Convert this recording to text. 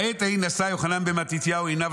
"בעת ההיא נשא יוחנן בן מתתיהו עיניו